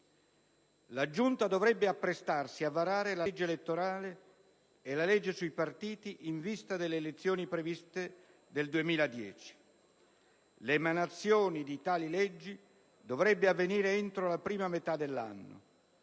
La giunta dovrebbe apprestarsi a varare la legge elettorale e la legge sui partiti in vista delle elezioni previste nel 2010. L'emanazione di tali leggi dovrebbe avvenire entro la prima metà dell'anno;